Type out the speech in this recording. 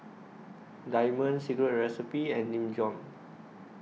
Diamond Secret Recipe and Nin Jiom